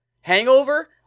hangover